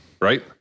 right